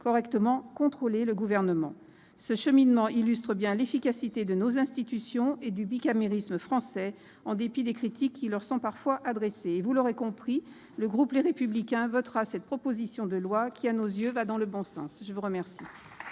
correctement le Gouvernement. Ce cheminement illustre bien l'efficacité de nos institutions et du bicamérisme français, en dépit des critiques qui leur sont parfois adressées. Vous l'aurez compris, le groupe Les Républicains votera cette proposition de loi qui, à ses yeux, va dans le bon sens. La parole